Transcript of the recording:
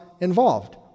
involved